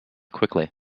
quickly